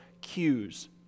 cues